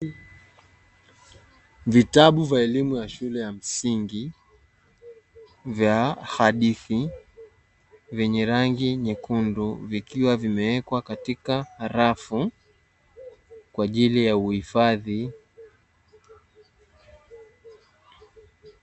Vitabu vya elimu ya shule ya msingi vya hadithi, vyenye rangi nyekundu, vikiwa vimewekwa katika rafu kwa ajili ya uhifadhi.